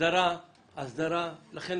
לכן